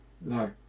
No